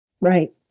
Right